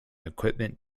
equipment